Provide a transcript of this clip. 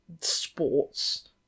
sports